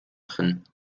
drin